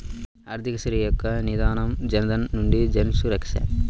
ఆర్థిక చేరిక యొక్క నినాదం జనధన్ నుండి జన్సురక్ష